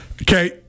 Okay